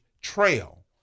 trail